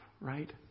right